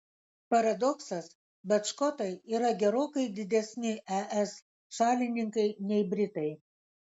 paradoksas bet škotai yra gerokai didesni es šalininkai nei britai